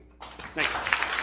Thanks